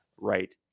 right